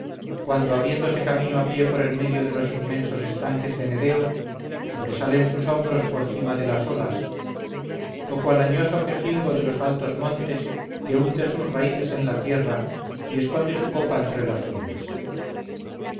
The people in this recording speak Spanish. cuando abriéndose camino a pie por en medio de los inmensos estanques de nereo sobresalen sus hombros por cima de las olas o cual añoso quejigo de los altos montes que hunde sus raíces en la tierra y esconde su copa entre las nubes